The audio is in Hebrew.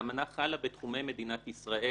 האמנה חלה בתחומי מדינת ישראל.